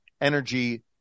energy